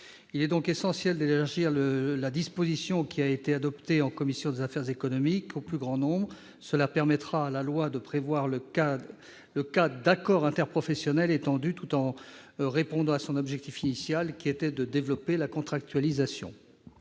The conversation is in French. Il est donc essentiel d'élargir la disposition qui a été adoptée par la commission des affaires économiques au plus grand nombre. Cela permettra à la loi de prévoir le cas d'accords interprofessionnels étendus, tout en répondant à l'objectif initial, à savoir développer la contractualisation.